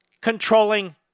controlling